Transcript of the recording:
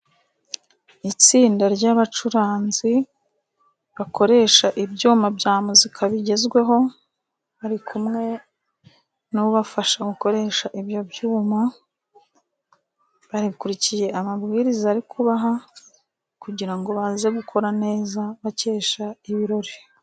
Itsinda ry'abacuranzi bakoresha ibyuma bya muzika bigezweho, bari kumwe n'ubafasha gukoresha ibyo byuma. Bakurikiye amabwiriza ari kubaha, kugira ngo baze gukora neza bakesha ibirori.